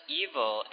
evil